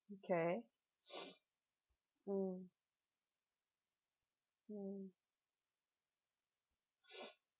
okay mm mm